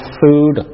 food